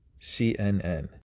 CNN